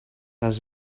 les